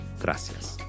Gracias